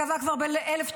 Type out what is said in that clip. קבע כבר ב-1952,